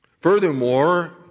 Furthermore